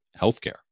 healthcare